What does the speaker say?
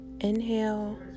Inhale